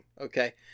okay